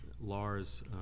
Lars